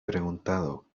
preguntado